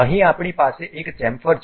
અહીં આપણી પાસે એક ચેમ્ફર છે